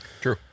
True